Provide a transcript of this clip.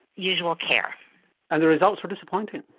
usual care. and the results were disappointing?